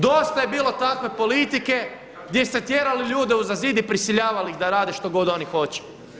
Dosta je bilo takve politike, gdje ste tjerali ljude uza zid i prisiljavali ih da rade što god oni hoće.